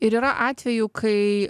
ir yra atvejų kai